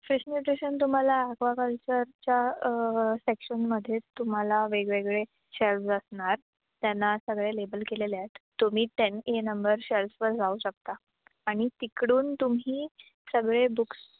fish nutrition तुम्हाला ॲक्वाकल्चरच्या सेक्शनमध्ये तुम्हाला वेगवेगळे शेल्स असणार त्यांना सगळे लेबल केलेले आहेत तुम्ही तेन ए नंबर शेल्फवर जाऊ शकता आणि तिकडून तुम्ही सगळे बुक्स